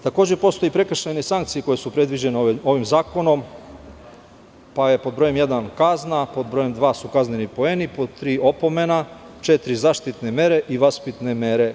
Takođe postoje prekršajne sankcije koje su predviđene ovim zakonom, pa je pod brojem 1) kazna, pod brojem 2) su kazneni poeni, pod 3) opomena, 4) zaštitne mere i 5) vaspitne mere.